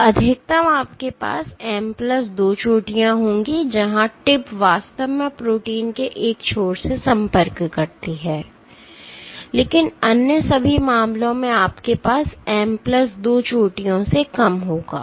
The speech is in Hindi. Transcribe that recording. तो अधिकतम आपके पास M प्लस 2 चोटियां होंगी जहां टिप वास्तव में प्रोटीन के एक छोर से संपर्क करती है लेकिन अन्य सभी मामलों में आपके पास M प्लस 2 चोटियों से कम होगा